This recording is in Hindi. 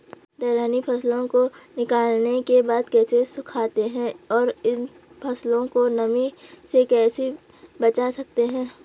दलहनी फसलों को निकालने के बाद कैसे सुखाते हैं और इन फसलों को नमी से कैसे बचा सकते हैं?